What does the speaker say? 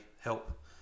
help